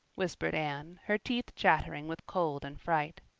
whispered anne, her teeth chattering with cold and fright.